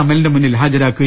അമലിന്റെ മുന്നിൽ ഹാജരാ ക്കി